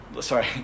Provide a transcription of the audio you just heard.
Sorry